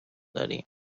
داریم